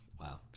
Wow